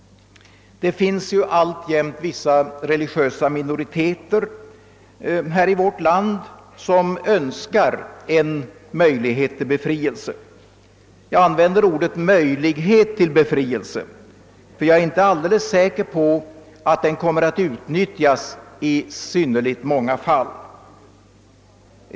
Det finns ju alltjämt här i vårt land vissa religiösa minoriteter som önskar en möjlighet till befrielse. Jag använder ordet »möjlighet» till befrielse, ty jag är inte alldeles säker på att den kommer att utnyttjas i synnerligt många fall.